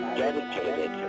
dedicated